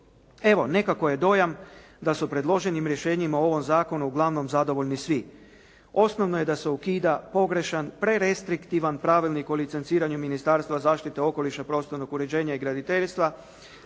Evo nekako je dojam da su predloženim rješenjima u ovom zakonu uglavnom zadovoljni svi. osnovno je da se ukida pogrešan prestriktivan pravilnik o licenciranju Ministarstva zaštite okoliša, prostornog uređenja i graditeljstva